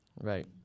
Right